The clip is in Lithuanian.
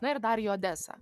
na ir dar į odesą